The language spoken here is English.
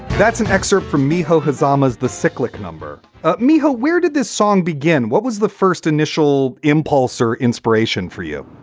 that's an excerpt from miho hazama as the cyclic number ah mehul, where did this song begin? what was the first initial impulse or inspiration for you?